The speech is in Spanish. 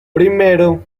primero